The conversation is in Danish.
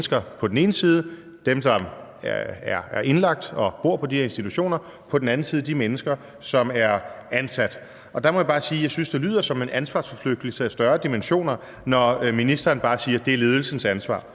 på den ene side dem, som er indlagt og bor på de her institutioner, og på den anden side de mennesker, som er ansat. Og der må jeg bare sige, at jeg synes, det lyder som en ansvarsforflygtigelse af større dimensioner, når ministeren bare siger, at det er ledelsens ansvar.